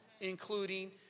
including